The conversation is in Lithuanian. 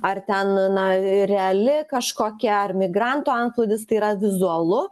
ar ten na reali kažkokia ar migrantų antplūdis tai yra vizualu